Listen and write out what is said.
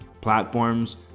platforms